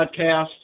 podcast